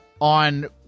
on